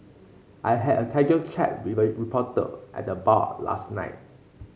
I had a casual chat with a reporter at the bar last night